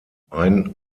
ein